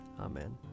Amen